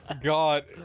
God